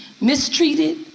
mistreated